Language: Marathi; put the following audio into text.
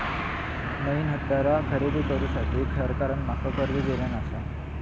नईन हत्यारा खरेदी करुसाठी सरकारान माका कर्ज दिल्यानं आसा